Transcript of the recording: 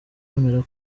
bemera